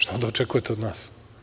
Šta onda očekujete od nas?